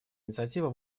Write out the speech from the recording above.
инициативы